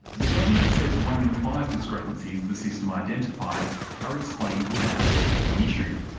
the government says one in five discrepancies the system identifies are explained without a debt being issued.